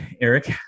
Eric